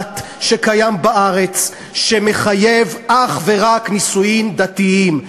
מעוות שקיים בארץ, שמחייב אך ורק נישואים דתיים.